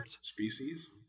species